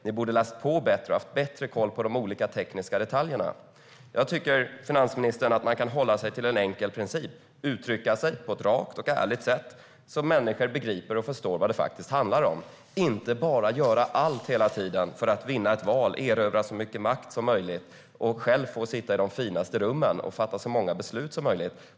De borde ha läst på bättre och haft bättre koll på de olika tekniska detaljerna. Jag tycker, finansministern, att man kan hålla sig till en enkel princip, nämligen att uttrycka sig på ett rakt och ärligt sätt så att människor begriper och förstår vad det faktiskt handlar om, inte bara göra allt för att vinna ett val och erövra så mycket makt som möjligt och själv få sitta i de finaste rummen och fatta så många beslut som möjligt.